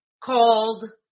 called